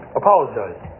apologize